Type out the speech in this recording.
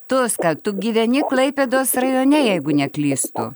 tu ska tu gyveni klaipėdos rajone jeigu neklystu